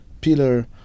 pillar